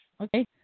Okay